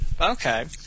Okay